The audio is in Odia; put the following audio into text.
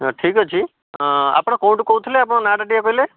ହଁ ଠିକ ଅଛି ଆପଣ କେଉଁଠୁ କହୁଥିଲେ ଆପଣଙ୍କ ନାଁଟା ଟିକେ କହିଲେ